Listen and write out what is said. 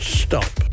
stop